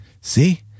see